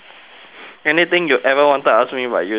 anything you ever wanted to ask me but you scared